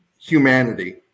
humanity